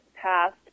passed